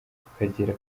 tukagera